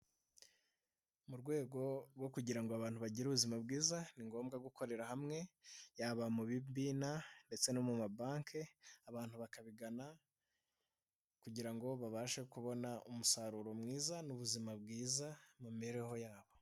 Mu rwego rwo kugira ngo abantu bagire ubuzima bwiza ningombwa gukorera hamwe yaba mu bimina ndetse no mu mabanki abantu bakabigana kugira ngo babashe kubona umusaruro mwiza n'ubuzima bwiza mu mibereho yabo.